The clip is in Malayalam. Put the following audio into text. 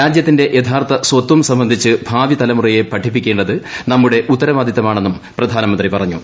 രാജ്യത്തിന്റെ യഥാർത്ഥ സ്വത്വം സംബന്ധിച്ച് ഭാവി തലമുറയെ പഠിപ്പിക്കേണ്ടത് നമ്മുടെ ഉത്തരവാദിത്തമാണെന്നും പ്രധാനമന്ത്രി പറഞ്ഞു